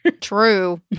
True